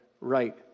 right